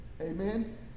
Amen